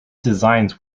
designs